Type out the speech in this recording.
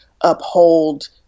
uphold